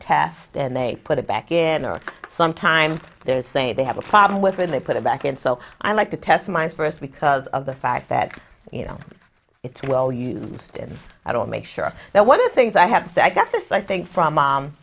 test and they put it back in or sometimes there's say they have a problem with when they put it back in so i like to test my first because of the fact that you know it's well used in i don't make sure that one of the things i have said i got this i think from